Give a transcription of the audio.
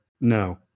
no